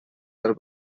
del